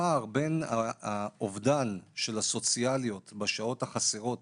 הפער בין האובדן של הסוציאליות בשעות החסרות